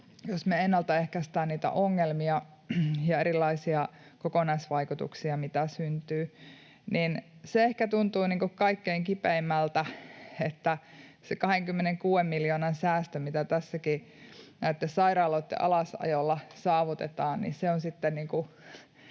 jos me ennaltaehkäistään niitä ongelmia ja erilaisia kokonaisvaikutuksia, mitä syntyy. Se ehkä tuntuu kaikkein kipeimmältä, että se 26 miljoonan säästö, mitä tässäkin näitten sairaaloitten alasajolla saavutetaan, on sitten